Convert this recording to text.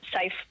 safe